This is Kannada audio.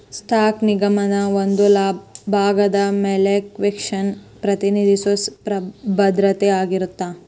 ಸ್ಟಾಕ್ ನಿಗಮದ ಒಂದ ಭಾಗದ ಮಾಲೇಕತ್ವನ ಪ್ರತಿನಿಧಿಸೊ ಭದ್ರತೆ ಆಗಿರತ್ತ